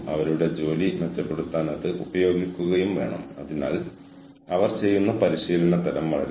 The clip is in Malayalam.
നിങ്ങൾക്ക് കഴിയുന്ന ഏറ്റവും മികച്ചത് ചെയ്യുന്നതിനും നിങ്ങൾക്ക് കഴിയുന്നത് ചെയ്യുന്നതിന്റെ വേഗത നിലനിർത്തുന്നതിനും ഇടയിൽ നിങ്ങൾ എങ്ങനെ ഒരു ബാലൻസ് എടുക്കും